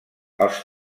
els